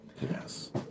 Yes